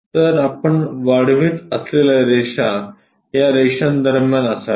तर आपण वाढवित असलेल्या रेषा या रेषांदरम्यान असाव्यात